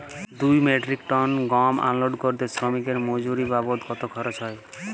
দুই metric ton গম unload করতে শ্রমিক এর মজুরি বাবদ কত খরচ হয়?